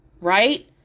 right